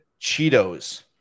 Cheetos